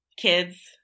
Kids